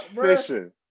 fishing